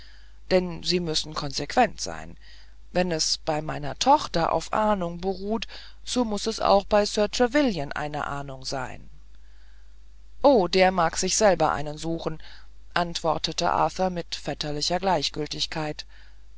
denn sie müssen konsequent sein wenn es bei meiner tochter auf ahnung beruht so muß es auch bei sir trevelyan eine ahnung sein o der mag sich selber einen suchen antwortete arthur mit vetterlicher gleichgültigkeit